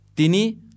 Tini